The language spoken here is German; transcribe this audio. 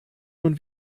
nun